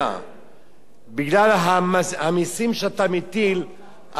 בגלל המסים שאתה מטיל על אותן משפחות,